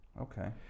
Okay